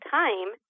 time